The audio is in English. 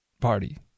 Party